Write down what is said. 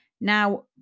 Now